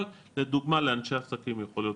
אבל לדוגמה לאנשי עסקים הוא יכול להיות